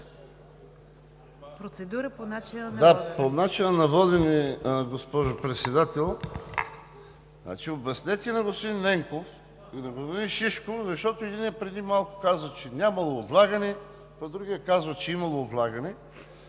Процедура по начина на водене!